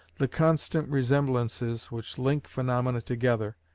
the constant resemblances which link phaenomena together,